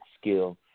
skill